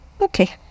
Okay